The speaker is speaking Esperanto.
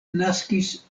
naskis